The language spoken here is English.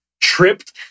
tripped